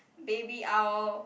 baby owl